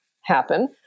happen